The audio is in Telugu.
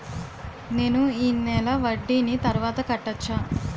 నేను ఈ నెల వడ్డీని తర్వాత కట్టచా?